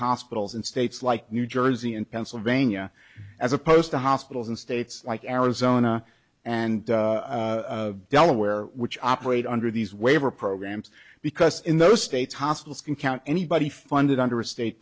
hospitals in states like new jersey and pennsylvania as opposed to hospitals in states like arizona and delaware which operate under these waiver programs because in those states hospitals can count anybody funded under a state